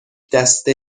دسته